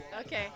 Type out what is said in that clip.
Okay